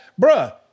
Bruh